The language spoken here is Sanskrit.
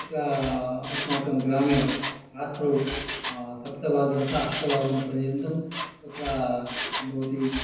तत्र अस्माकं ग्रामे रात्रौ सप्तवादनतः अष्टवादनपर्यन्तं तत्र किं भवति